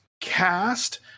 cast